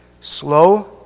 slow